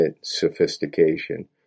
sophistication